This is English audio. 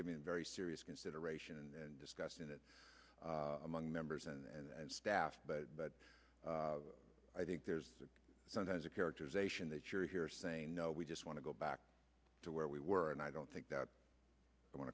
giving very serious consideration and discussing it among members and staff but but i think there's sometimes a characterization that you're here saying no we just want to go back to where we were and i don't think that i want